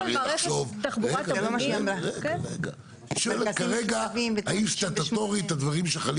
היא שואלת כרגע האם סטטוטורית הדברים שחלים